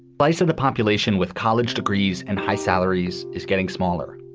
slice of the population with college degrees and high salaries is getting smaller.